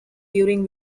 during